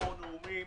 אינספור נאומים